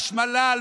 בשמלל,